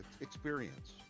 experience